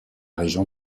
région